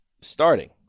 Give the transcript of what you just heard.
starting